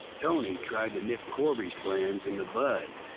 tony tried to nip corby's plans in the bud,